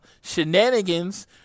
shenanigans